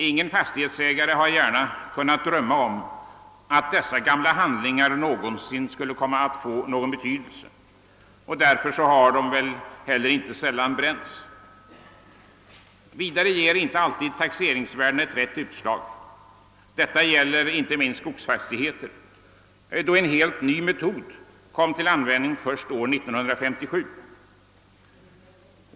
Ingen fastighetsägare har väl kunnat drömma om att sådana gamla handlingar någonsin skulle komma att få någon betydelse, och därför har dessa inte sällan bränts. Vidare ger inte alltid taxeringsvärdena ett riktigt utslag — detta gäller inte minst skogsfastigheter — då en helt ny metod kom till användning så sent som år 1957.